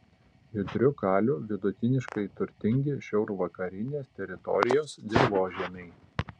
judriu kaliu vidutiniškai turtingi šiaurvakarinės teritorijos dirvožemiai